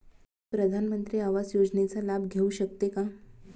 मी प्रधानमंत्री आवास योजनेचा लाभ घेऊ शकते का?